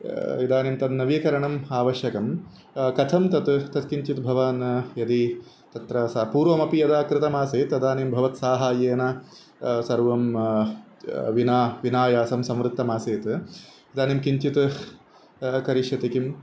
इदानीं तन्नीवीकरणम् आवश्यकं कथं तत् तत् किञ्चित् भवान् यदि तत्र सः पूर्वमपि यदा कृतमासीत् तदानीं भवत् साहाय्येन सर्वं विना विनायासं समृत्तमासीत् इदानीं किञ्चित् करिष्यति किम्